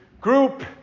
group